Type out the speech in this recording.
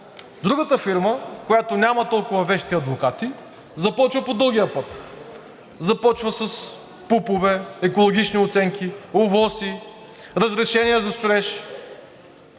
Другата фирма, която няма толкова вещи адвокати, започва по дългия път. Започва с ПУП-ове, екологични оценки, ОВОС-и, разрешения за строеж,